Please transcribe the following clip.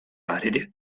aridi